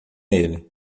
ele